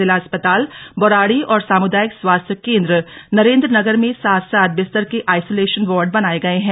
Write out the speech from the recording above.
जिला अस्पताल बौराड़ी और सामुदायिक स्वास्थ्य केंद्र नरेंद्र नगर में सात सात बिस्तर के आइसोलेशन वॉर्ड बनाए गए हैं